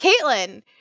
Caitlin